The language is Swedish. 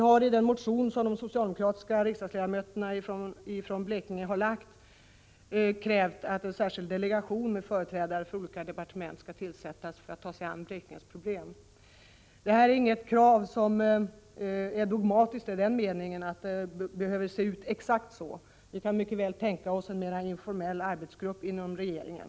I den motion som vi socialdemokratiska ledamöter från Blekinge väckt har vi krävt att en särskild delegation med företrädare för olika departement skall tillsättas för behandling av Blekinges problem. Det här är inget dogmatiskt krav i den meningen att delegationen bör se ut exakt så här. Vi kan mycket väl tänka oss en mera informell arbetsgrupp inom regeringen.